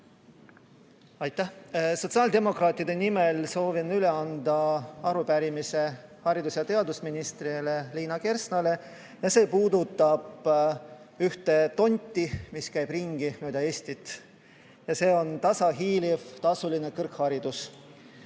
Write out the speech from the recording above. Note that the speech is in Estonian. Aitäh! Sotsiaaldemokraatide nimel soovin üle anda arupärimise haridus‑ ja teadusminister Liina Kersnale. See puudutab ühte tonti, mis käib ringi mööda Eestit, ja see on tasa hiiliv tasuline kõrgharidus.